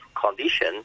condition